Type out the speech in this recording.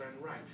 right